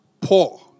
poor